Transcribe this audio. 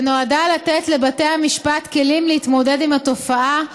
ונועדה לתת לבתי המשפט כלים להתמודד עם התופעה,